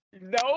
No